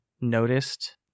noticed